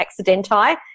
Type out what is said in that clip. accidenti